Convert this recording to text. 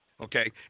okay